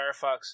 Firefox